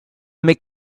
make